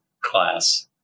class